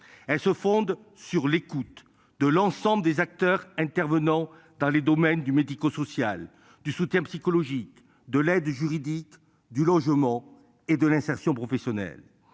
Elle se fonde sur l'écoute de l'ensemble des acteurs intervenant dans les domaines du médico-social du soutien psychologique de l'aide juridique du logement et de l'insertion professionnelle,